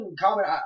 comment